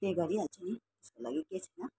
pay गरिहाल्छु नि त्यसको लागि केही छैन